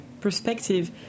perspective